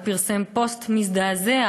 הוא פרסם פוסט מזדעזע,